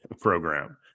program